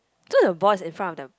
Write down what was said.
so the ball is in front of them